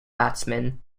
batsmen